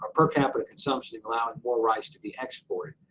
ah per capita consumption allowing more rice to be exported.